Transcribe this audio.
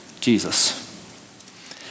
Jesus